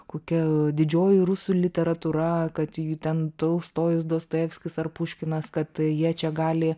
kokia didžioji rusų literatūra kad ten tolstojus dostojevskis ar puškinas kad jie čia gali